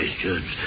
questions